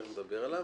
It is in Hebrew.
תיכף נדבר עליו.